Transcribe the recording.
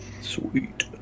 Sweet